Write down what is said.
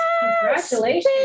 congratulations